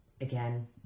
again